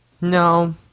no